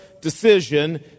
decision